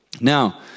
Now